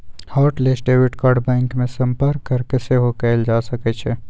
hot list debit card bank में संपर्क कऽके सेहो कएल जा सकइ छै